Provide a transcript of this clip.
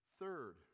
Third